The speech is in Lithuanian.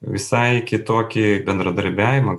visai kitokį bendradarbiavimą